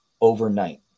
overnight